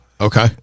Okay